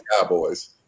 cowboys